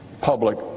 public